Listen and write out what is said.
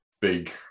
big